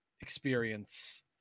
experience